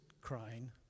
crying